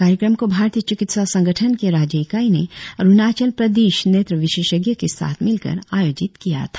कार्यक्रम को भारतीय चिकित्सा संगठन के राज्य इकाई ने अरुणाचल प्रदेश नेत्र विशेषज्ञ के साथ मिलकर आयोजित किया था